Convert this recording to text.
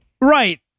Right